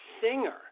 singer